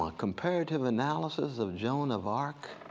ah comparative analysis of joan of arc,